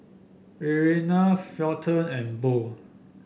Irena Felton and Bo